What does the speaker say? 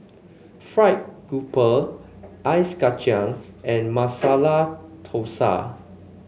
fried grouper Ice Kachang and Masala Thosai